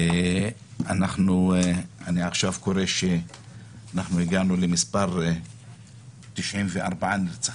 ואני עכשיו קורא שאנחנו הגענו למספר 94 נרצחים.